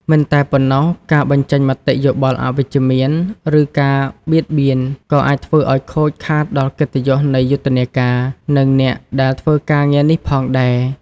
មិនតែប៉ុណ្ណោះ ការបញ្ចេញមតិយោបល់អវិជ្ជមាន ឬការបៀតបៀនក៏អាចធ្វើឲ្យខូចខាតដល់កិត្តិយសនៃយុទ្ធនាការ និងអ្នកដែលធ្វើការងារនេះផងដែរ។